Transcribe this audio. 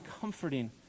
comforting